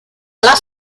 alla